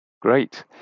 Great